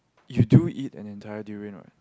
you do eat an entire durian what